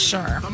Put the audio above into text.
Sure